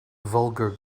vulgar